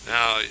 now